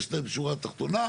יש להם שורה תחתונה,